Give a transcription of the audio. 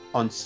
on